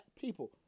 people